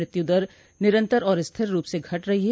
मृत्यु दर निरंतर और स्थिर रूप से घट रही है